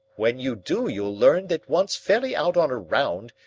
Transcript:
when you do you'll learn that once fairly out on a round,